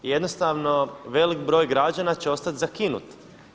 I jednostavno veliki broj građana će ostati zakinut.